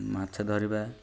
ମାଛ ଧରିବା